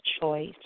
choice